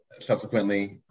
subsequently